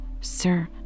sir